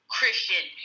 Christian